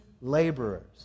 laborers